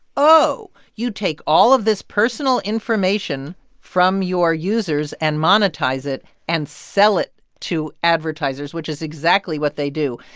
oh, you take all of this personal information from your users and monetize it and sell it to advertisers, which is exactly what they do.